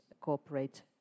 corporate